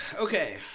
Okay